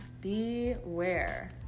beware